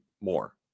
more